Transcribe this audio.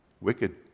Wicked